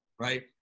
right